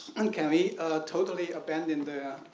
and can we totally abandon the